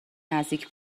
نزدیک